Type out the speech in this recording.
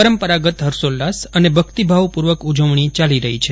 પરંપરાગત હર્ષોલ્લાસ અને ભક્તિભાવપૂર્વક ઉજવણી ચાલી રહી છે